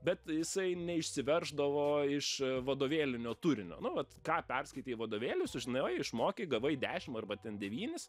bet jisai neišsiverždavo iš vadovėlinio turinio nu vat ką perskaitei vadovėly sužinojai išmokai gavai dešim arba ten devynis